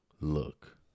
look